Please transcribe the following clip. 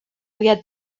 havia